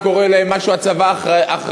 אם קורה להם משהו, הצבא אחראי.